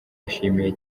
yashimiye